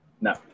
No